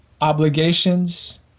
obligations